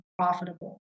profitable